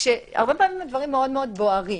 כשהרבה פעמים הדברים מאוד בוערים.